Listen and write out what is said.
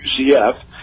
UCF